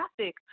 traffic